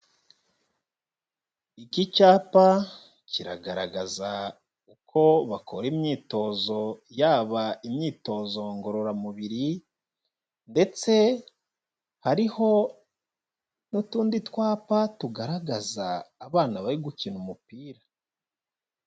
Iki cyapa kiragaragaza uko bakora imyitozo, yaba imyitozo ngororamubiri ndetse hariho n'utundi twapa tugaragaza abana bari gukina umupira.